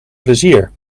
plezier